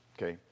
Okay